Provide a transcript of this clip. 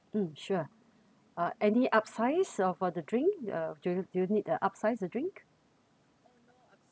mm sure uh any upsize of for the drink uh do do you need the upsize the drink